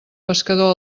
pescador